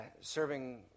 serving